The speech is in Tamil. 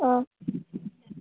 ஆ